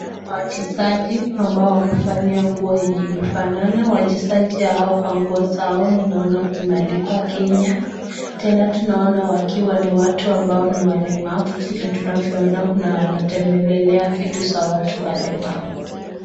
Kuna wachezaji ambao wamevalia nguo enye imefanana. Wachezaji hawa kwa nguo unaona imeandikwa Kenya. Tena tunaona wakiwa ni watu ambao ni walemavu vile tunavyoona kuna wanatembelelea vitu vya watu walemavu.